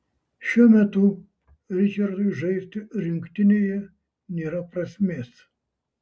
šiuo metu ričardui žaisti rinktinėje nėra prasmės